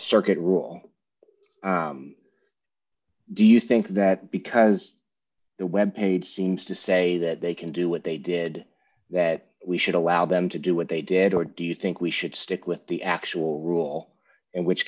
circuit rule do you think that because the web page seems to say that they can do what they did that we should allow them to do what they did or do you think we should stick with the actual rule in which